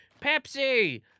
Pepsi